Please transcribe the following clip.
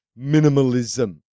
minimalism